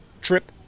trip